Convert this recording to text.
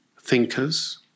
thinkers